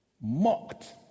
Mocked